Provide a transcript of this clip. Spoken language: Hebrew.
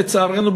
לצערנו,